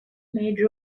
made